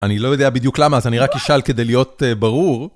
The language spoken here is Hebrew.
אני לא יודע בדיוק למה, אז אני רק אשאל כדי להיות ברור.